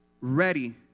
ready